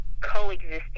coexisting